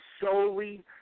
solely